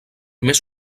més